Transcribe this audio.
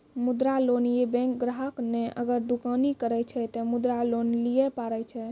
मुद्रा लोन ये बैंक ग्राहक ने अगर दुकानी करे छै ते मुद्रा लोन लिए पारे छेयै?